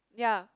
ya